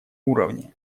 уровне